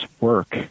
work